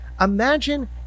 imagine